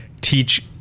teach